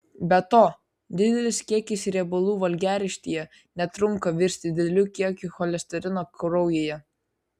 be to didelis kiekis riebalų valgiaraštyje netrunka virsti dideliu kiekiu cholesterino kraujyje